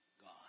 God